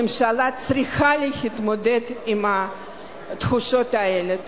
הממשלה צריכה להתמודד עם התחושות האלה.